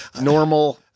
normal